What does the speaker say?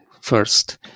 first